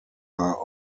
are